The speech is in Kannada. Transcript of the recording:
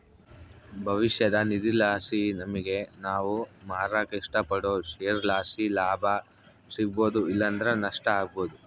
ಭವಿಷ್ಯದ ನಿಧಿಲಾಸಿ ನಮಿಗೆ ನಾವು ಮಾರಾಕ ಇಷ್ಟಪಡೋ ಷೇರುಲಾಸಿ ಲಾಭ ಸಿಗ್ಬೋದು ಇಲ್ಲಂದ್ರ ನಷ್ಟ ಆಬೋದು